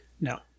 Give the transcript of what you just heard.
No